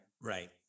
Right